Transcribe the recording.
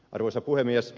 arvoisa puhemies